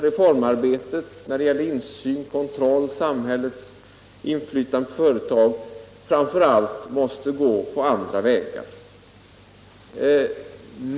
Reformarbetet när det gäller insyn, kontroll och samhällets inflytande på företag måste framför allt gå andra vägar.